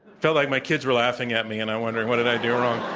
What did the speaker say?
felt like my kids were laughing at me, and i wondered, what did i do wrong?